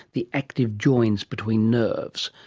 the active joins between nerves,